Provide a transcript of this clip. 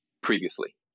previously